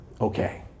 Okay